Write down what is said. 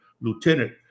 Lieutenant